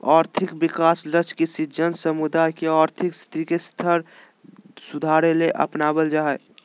और्थिक विकास लक्ष्य किसी जन समुदाय के और्थिक स्थिति स्तर के सुधारेले अपनाब्ल जा हइ